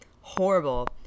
horrible